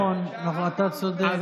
נכון, אתה צודק.